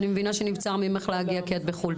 אני מבינה שנבצר ממך להגיע כי את בחו"ל,